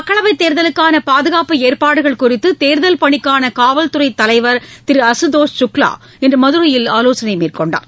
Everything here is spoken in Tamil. மக்களவைத் தேர்தலுக்கான பாதுகாப்பு ஏற்பாடுகள் குறித்து தேர்தல் பணிக்கான காவல்துறை தலைவர் திரு அசுதோஸ் சுக்லா இன்று மதுரையில் ஆலோசனை மேற்கொண்டார்